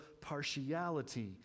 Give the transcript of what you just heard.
partiality